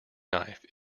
knife